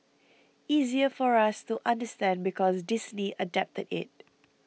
easier for us to understand because Disney adapted it